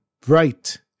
bright